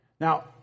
Now